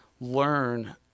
learn